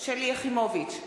שלי יחימוביץ,